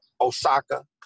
Osaka